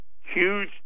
Huge